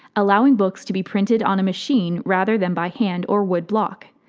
allowing books to be printed on a machine rather than by hand or wood block.